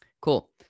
Cool